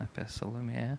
apie salomėją